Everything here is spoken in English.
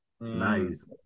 nice